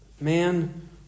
Man